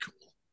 cool